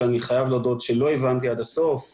שאני חייב להודות שלא הבנתי עד הסוף,